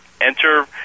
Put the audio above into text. enter